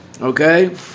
Okay